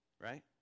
Right